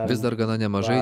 vis dar gana nemažai